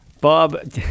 Bob